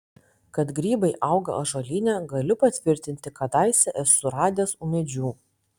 kad grybai auga ąžuolyne galiu patvirtinti kadaise esu radęs ūmėdžių